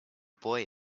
boy